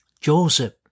Joseph